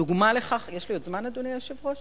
דוגמה לכך, יש לי עוד זמן, אדוני היושב-ראש?